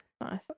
Nice